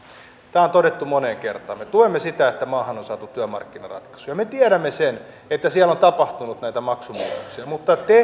tämä on todettu moneen kertaan me tuemme sitä että maahan on saatu työmarkkinaratkaisu ja me tiedämme sen että siellä on tapahtunut näitä maksunalennuksia mutta te